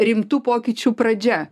rimtų pokyčių pradžia